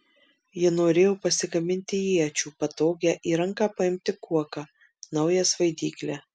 ji norėjo pasigaminti iečių patogią į ranką paimti kuoką naują svaidyklę